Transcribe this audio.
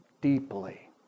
deeply